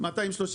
כמה נשאר בקופה?